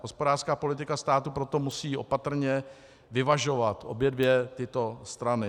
Hospodářská politika státu proto musí opatrně vyvažovat obě dvě tyto strany.